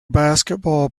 basketball